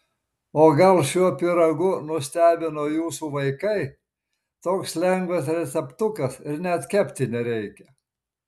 o gal šiuo pyragu nustebino jūsų vaikai toks lengvas receptukas ir net kepti nereikia